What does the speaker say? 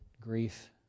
grief